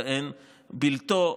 ואין בלתו,